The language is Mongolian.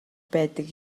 байдаг